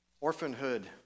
orphanhood